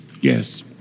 Yes